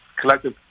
collective